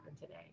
today